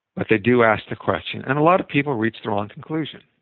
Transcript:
but they do ask the question. and a lot of people reach the wrong conclusion.